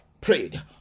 prayed